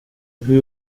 rue